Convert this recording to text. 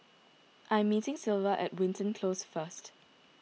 I am meeting Sylva at Wilton Close first